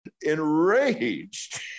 enraged